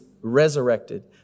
resurrected